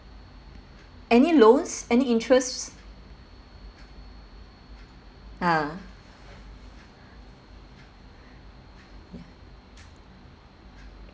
any loans any interests uh